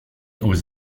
aux